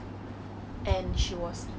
很吵